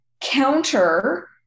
counter